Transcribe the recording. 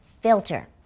filter